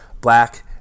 black